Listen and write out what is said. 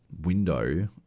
window